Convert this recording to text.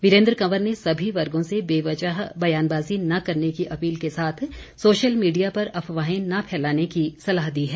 वीरेन्द्र कंवर ने सभी वर्गो से बेवजह बयानबाजी न करने की अपील के साथ सोशल मीडिया पर अफवाहें न फैलाने की सलाह दी है